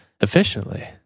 efficiently